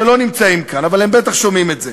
שלא נמצאים כאן אבל הם בטח שומעים את זה.